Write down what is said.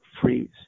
freeze